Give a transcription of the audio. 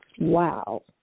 Wow